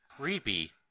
Creepy